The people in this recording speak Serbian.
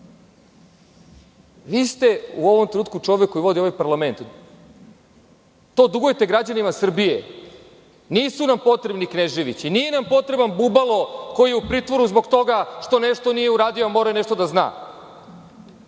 ste vi čovek koji vodi parlament. To dugujete građanima Srbije. Nisu nam potrebni Kneževići. Nije nam potreban Bubalo koji je u pritvoru zbog toga što nešto nije uradio a morao je nešto da zna.